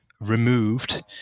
removed